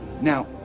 Now